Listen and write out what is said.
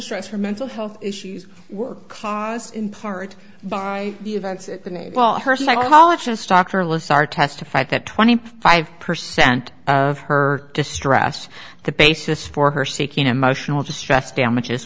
distress her mental health issues were caused in part by the events well her psychologist dr lists are testified that twenty five percent of her distress the basis for her seeking emotional distress damages